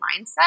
mindset